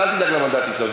אתה אל תדאג למנדטים שלנו,